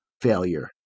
failure